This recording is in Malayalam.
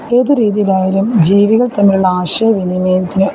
ഏത് രീതിയിലായാലും ജീവികൾ തമ്മിലുള്ള ആശയ വിനിമയത്തിന്